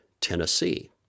Tennessee